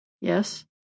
Yes